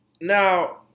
now